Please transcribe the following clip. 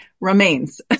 remains